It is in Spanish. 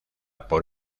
por